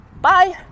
Bye